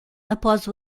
após